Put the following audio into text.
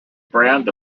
brand